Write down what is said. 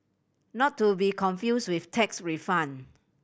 not to be confused with tax refund